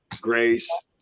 Grace